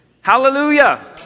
hallelujah